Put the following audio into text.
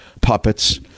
puppets